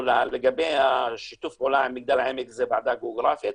לגבי שיתוף הפעולה עם מגדל העמק זו ועדה גיאוגרפית,